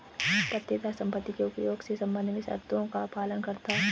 पट्टेदार संपत्ति के उपयोग के संबंध में शर्तों का पालन करता हैं